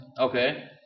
Okay